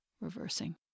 reversing